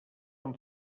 amb